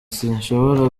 sinshobora